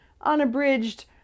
unabridged